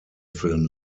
film